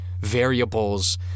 variables